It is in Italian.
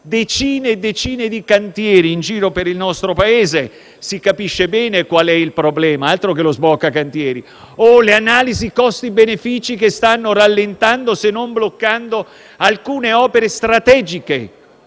decine e decine di cantieri in giro per il nostro Paese, si capisce bene qual è il problema; altro che lo sblocca cantieri! Penso pure alle analisi costi-benefici (che stanno rallentando, se non bloccando alcune opere strategiche